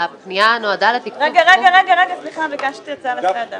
אני חושב שלא קיבלנו מענה על השאלות ששאלנו,